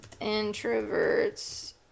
introverts